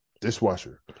dishwasher